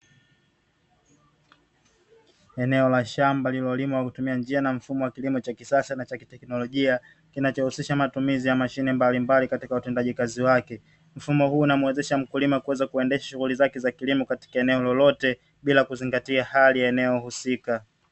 Eneo la shamba lililolimwa kwa kutumia njia na mfumo wa kilimo cha kisasa na cha kiteknolojia, kinachohusisha matumizi ya mashine mbalimbali katika utendaji kazi wake. Mfumo huu unamwezesha mkulima kuweza kuendesha shughuli zake za kilimo katika eneo lolote, bila kuzingatia hali ya eneo husika.